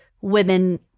women